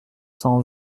cent